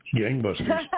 Gangbusters